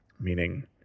meaning